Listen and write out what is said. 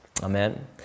Amen